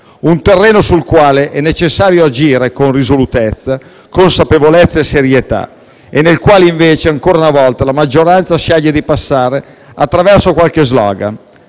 un terreno sul quale è necessario agire con risolutezza, consapevolezza e serietà e nel quale invece, ancora una volta, la maggioranza sceglie di passare attraverso qualche *slogan*,